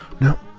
No